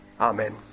Amen